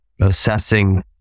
assessing